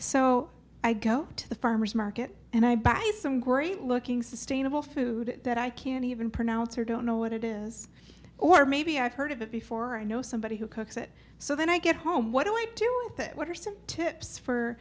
so i go to the farmer's market and i buy some great looking sustainable food that i can't even pronounce or don't know what it is or maybe i've heard of it before i know somebody who cooks it so then i get home what do i do with it what are some tips for